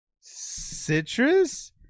Citrus